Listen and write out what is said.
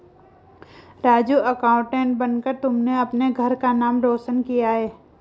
Raju accountant बनकर तुमने अपने घर का नाम रोशन किया है